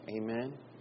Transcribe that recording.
Amen